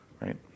right